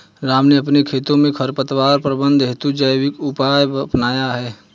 राम ने अपने खेतों में खरपतवार प्रबंधन हेतु जैविक उपाय अपनाया है